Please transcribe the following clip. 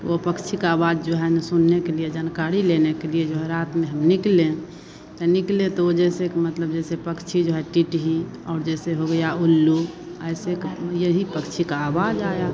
वह पक्षी का आवाज़ जो है ना सुनने के लिए जनकारी लेने के लिए जो है रात में हम निकले त निकले तो वह जैसे कि मतलब जैसे पक्षी जो है टिटही और जैसे हो गया उल्लू ऐसे का व यही पक्षी की आवाज़ आई